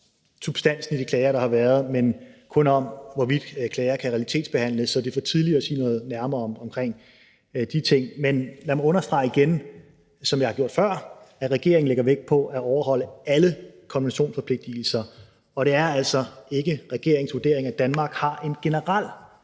substansen i de klager, der har været, men kun om, hvorvidt klager kan realitetsbehandles, så det er for tidligt at sige noget nærmere om de ting. Men lad mig igen understrege, som jeg har gjort før, at regeringen lægger vægt på at overholde alle konventionsforpligtigelser, og det er altså ikke regeringens vurdering, at Danmark har en generel